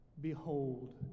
Behold